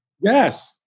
Yes